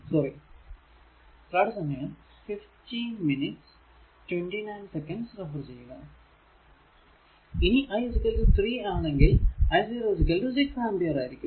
sorry ഇനി i 3 ആണെങ്കിൽ i 0 6 ampere ആയിരിക്കും